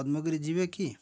ପଦ୍ମଗିରି ଯିବେ କି